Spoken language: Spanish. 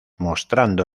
mostrando